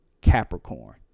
Capricorn